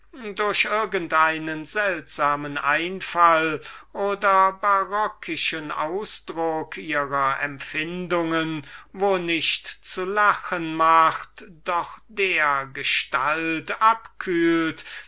durch irgend einen seltsamen einfall oder barokischen ausdruck ihrer empfindungen wo nicht zu lachen macht doch dergestalt abkühlt